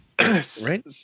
Right